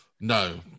No